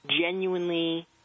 genuinely